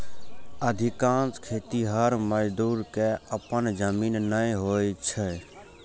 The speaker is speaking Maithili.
अधिकांश खेतिहर मजदूर कें अपन जमीन नै होइ छै